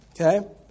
okay